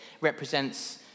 represents